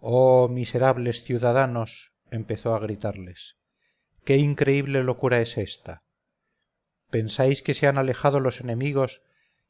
oh miserables ciudadanos empezó a gritarles qué increíble locura es esta pensáis que se han alejado los enemigos